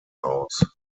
aus